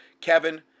Kevin